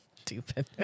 stupid